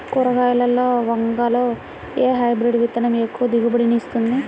కూరగాయలలో వంగలో ఏ హైబ్రిడ్ విత్తనం ఎక్కువ దిగుబడిని ఇస్తుంది?